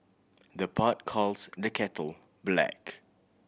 the pot calls the kettle black